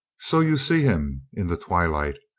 so you see him in the twilight,